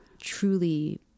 truly